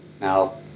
Now